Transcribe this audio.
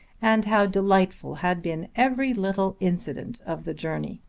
and how delightful had been every little incident of the journey.